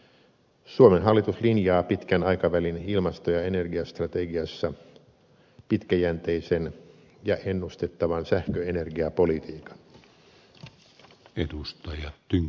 suomen hallitus linjaa pitkän aikavälin ilmasto ja energiastrategiassa pitkäjänteisen ja ennustettavan sähköenergiapolitiikan